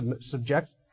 subject